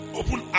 open